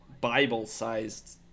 bible-sized